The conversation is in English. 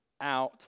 out